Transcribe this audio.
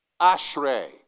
Ashrei